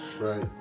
Right